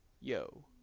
Yo